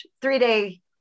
three-day